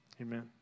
amen